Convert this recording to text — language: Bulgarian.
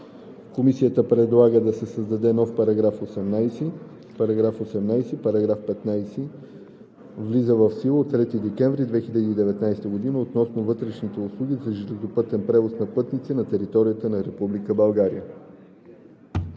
Комисията предлага да се създаде нов § 18: „§ 18. Параграф 15 влиза в сила от 3 декември 2019 г. относно вътрешни услуги за железопътен превоз на пътници на територията на Република